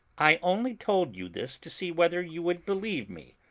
i only told you this to see whether you would believe me,